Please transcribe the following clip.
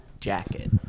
jacket